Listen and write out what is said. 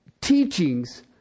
teachings